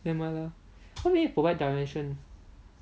never mind lah what you mean provide dimensions